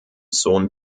sohn